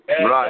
Right